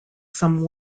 some